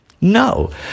No